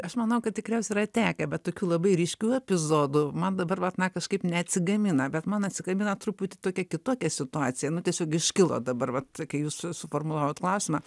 aš manau kad tikriausiai yra tekę bet tokių labai ryškių epizodų man dabar vat na kažkaip neatsigamina bet man atsigamino truputį tokia kitokia situacija nu tiesiog iškilo dabar vat kai jūs suformulavot klausimą